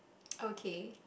okay